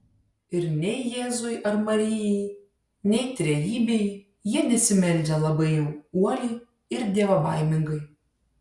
ir nei jėzui ar marijai nei trejybei jie nesimeldžia labai jau uoliai ir dievobaimingai